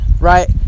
Right